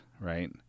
right